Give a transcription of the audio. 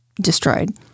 destroyed